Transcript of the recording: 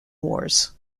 wars